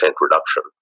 reduction